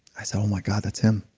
i said, oh my god, that's him.